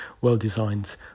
well-designed